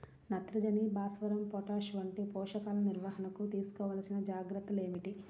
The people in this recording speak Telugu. నత్రజని, భాస్వరం, పొటాష్ వంటి పోషకాల నిర్వహణకు తీసుకోవలసిన జాగ్రత్తలు ఏమిటీ?